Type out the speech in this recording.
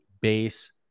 base